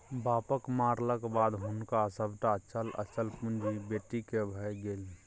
बापक मरलाक बाद हुनक सभटा चल अचल पुंजी बेटीक भए गेल